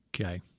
Okay